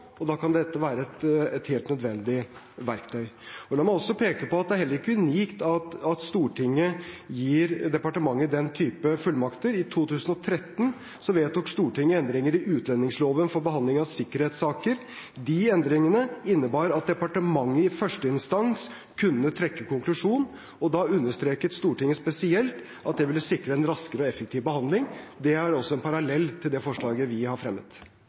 og da kan dette være et helt nødvendig verktøy. La meg også peke på at det er ikke unikt at Stortinget gir departementet den typen fullmakter. I 2013 vedtok Stortinget endringer i utlendingsloven for behandling av sikkerhetssaker. De endringene innebar at departementet i første instans kunne trekke konklusjonen, og da understreket Stortinget spesielt at det ville sikre en raskere og mer effektiv behandling. Det er en parallell til det forslaget vi har fremmet.